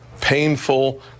painful